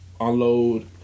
Unload